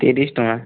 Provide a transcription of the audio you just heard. ତିରିଶ ଟଙ୍କା